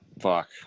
fuck